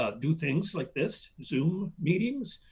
ah do things like this, zoom meetings,